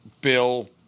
Bill